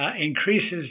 increases